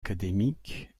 académique